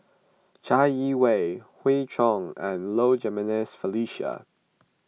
Chai Yee Wei Hoey Choo and Low Jimenez Felicia